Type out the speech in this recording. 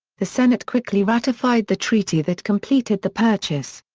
the senate quickly ratified the treaty that completed the purchase.